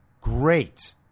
great